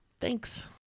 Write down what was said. Thanks